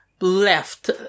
left